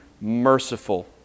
merciful